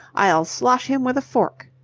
i'll slosh him with a fork!